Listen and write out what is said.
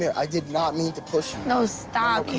yeah i did not mean to push you. no stop.